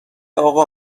اقا